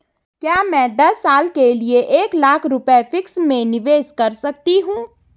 क्या मैं दस साल के लिए एक लाख रुपये फिक्स में निवेश कर सकती हूँ?